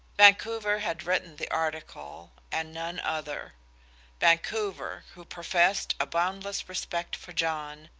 vancouver had written the article, and none other vancouver, who professed a boundless respect for john,